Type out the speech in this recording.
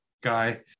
guy